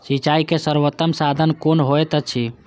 सिंचाई के सर्वोत्तम साधन कुन होएत अछि?